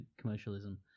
commercialism